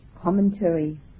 commentary